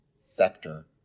sector